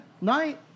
night